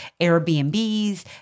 Airbnbs